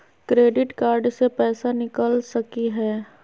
Credit card से पैसा निकल सकी हय?